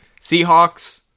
Seahawks